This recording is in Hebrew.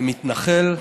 מתנחל.